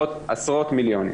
עשרות מיליונים.